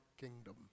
kingdom